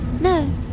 No